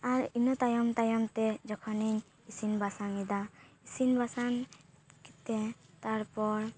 ᱟᱨ ᱤᱱᱟᱹ ᱛᱟᱭᱚᱢ ᱛᱟᱭᱚᱢ ᱛᱮ ᱡᱚᱠᱷᱚᱱᱤᱧ ᱤᱥᱤᱱ ᱵᱟᱥᱟᱝ ᱮᱫᱟ ᱤᱥᱤᱱ ᱵᱟᱥᱟᱱ ᱠᱟᱛᱮᱜ ᱛᱟᱨᱯᱚᱨ